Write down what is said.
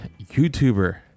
YouTuber